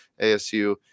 asu